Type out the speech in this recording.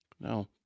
No